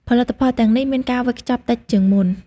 ផលិតផលទាំងនេះមានការវេចខ្ចប់តិចជាងមុន។